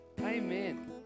Amen